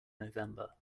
november